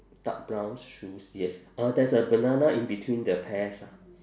dark brown shoes yes uh there's a banana in between the pears ah